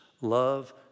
Love